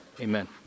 amen